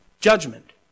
Judgment